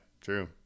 true